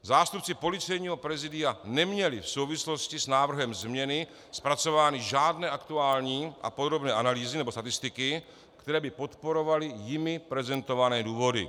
Zástupci Policejního prezidia neměli v souvislosti s návrhem změny zpracovány žádné aktuální a podrobné analýzy nebo statistiky, které by podporovaly jimi prezentované důvody.